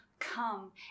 come